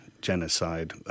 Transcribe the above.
genocide